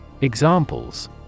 Examples